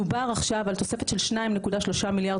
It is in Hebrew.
דובר עכשיו על תוספת של 2.3 מיליארד